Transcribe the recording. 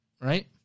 right